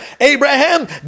abraham